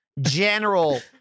general